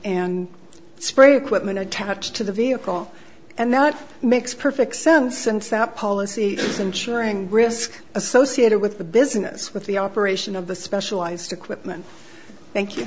and spray equipment attached to the vehicle and now it makes perfect sense and sound policy is insuring risk associated with the business with the operation of the specialized equipment thank you